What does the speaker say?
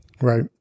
Right